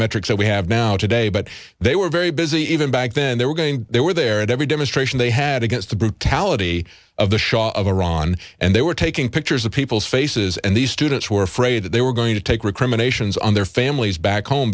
biometrics that we have now today but they were very busy even back then they were going they were there at every demonstration they had against the brutality of the shah of iran and they were taking pictures of people's faces and these students were afraid that they were going to take recriminations on their families back home